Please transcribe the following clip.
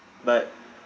but